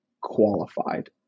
qualified